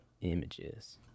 images